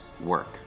work